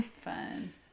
Fun